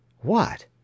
What